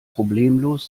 problemlos